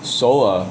首尔